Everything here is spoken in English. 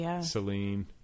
Celine